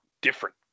different